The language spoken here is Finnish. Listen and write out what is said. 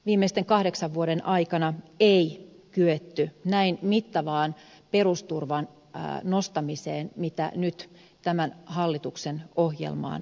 viimeisten kahdeksan vuoden aikana ei kyetty näin mittavaan perusturvan nostamiseen kuin mitä nyt tämän hallituksen ohjelmaan on kirjattu